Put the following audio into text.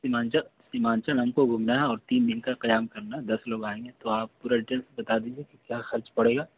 سیمانچل سیمانچل ہم کو گھومنا ہے اور تین دن کا قیام کرنا ہے دس لوگ آئیں گے تو آپ پورا ایڈرس بتا دیجیے کہ کیا خرچ پڑے گا